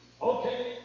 Okay